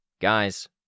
Guys